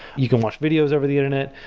you can watch videos over the internet.